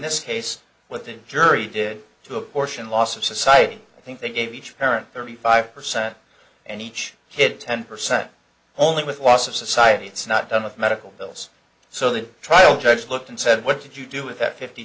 this case what the jury did to apportion loss of society i think they gave each parent thirty five percent and each kid ten percent only with loss of society it's not done with medical bills so the trial judge looked and said what did you do with that fifty